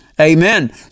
Amen